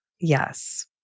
Yes